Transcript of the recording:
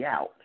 out